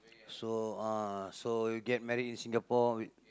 so uh so you get married in Singapore with